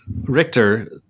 Richter